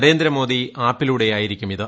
നരേന്ദ്രമോദി ആപ്പിലൂടെ ആയിരിക്കും ഇത്